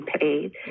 paid